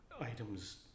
items